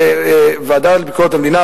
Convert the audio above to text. הוועדה לביקורת המדינה,